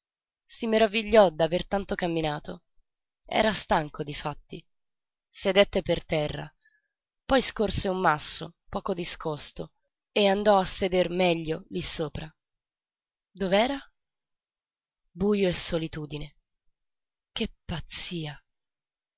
si meravigliò d'aver tanto camminato era stanco difatti sedette per terra poi scorse un masso poco discosto e andò a seder meglio lí sopra dov'era bujo e solitudine che pazzia